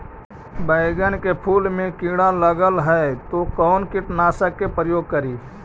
बैगन के फुल मे कीड़ा लगल है तो कौन कीटनाशक के प्रयोग करि?